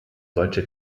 solche